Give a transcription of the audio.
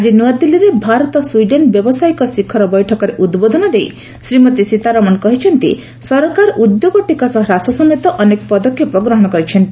ଆଜି ନୂଆଦିଲ୍ଲୀରେ ଭାରତ ସ୍ୱିଡେନ ବ୍ୟବସାୟିକ ଶିଖର ବୈଠକରେ ଉଦ୍ବୋଧନ ଦେଇ ଶ୍ରୀମତୀ ସୀତାରମଣ କହିଛନ୍ତି ସରକାର ଉଦ୍ୟୋଗ ଟିକସ ହ୍ରାସ ସମେତ ଅନେକ ପଦକ୍ଷେପ ଗ୍ରହଣ କରିଛନ୍ତି